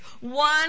One